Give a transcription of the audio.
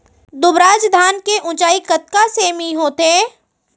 दुबराज धान के ऊँचाई कतका सेमी होथे?